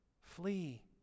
flee